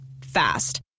Fast